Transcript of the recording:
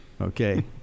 Okay